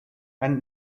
and